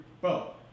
bro